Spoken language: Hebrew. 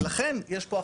ולכן יש פה הכפלה.